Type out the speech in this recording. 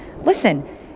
listen